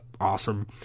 awesome